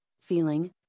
feeling